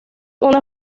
una